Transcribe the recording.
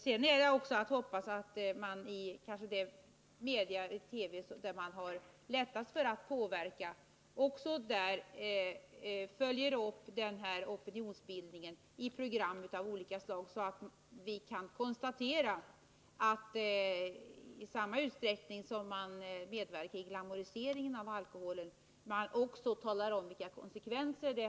Sedan är det också att hoppas att man i TV, där man har lättast att påverka, också följer upp denna opinionsbildning i program av olika slag, så att man i någon utsträckning motverkar den glamorisering av alkoholen som finns och också talar om vilka konsekvenser den har.